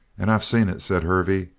and i've seen it, said hervey.